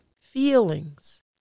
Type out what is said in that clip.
feelings